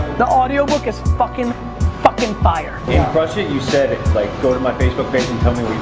the audio book is fuckin' fuckin' fire. in crush it! you said it, like go to my facebook page and tell me what